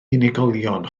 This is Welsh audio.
unigolion